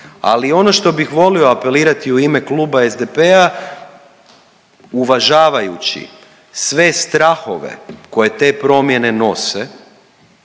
Ali ono što bih volio apelirati u ime Kluba SDP-a uvažavajući sve strahove koje te promjene nose